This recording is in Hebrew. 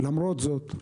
למרות זאת,